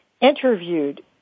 interviewed